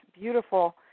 beautiful